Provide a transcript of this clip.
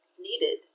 needed